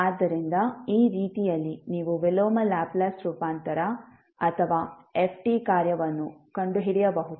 ಆದ್ದರಿಂದ ಈ ರೀತಿಯಲ್ಲಿ ನೀವು ವಿಲೋಮ ಲ್ಯಾಪ್ಲೇಸ್ ರೂಪಾಂತರ ಅಥವಾ ft ಕಾರ್ಯವನ್ನು ಕಂಡುಹಿಡಿಯಬಹುದು